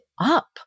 up